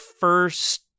first